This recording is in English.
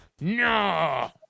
No